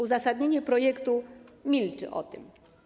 Uzasadnienie projektu milczy o tym.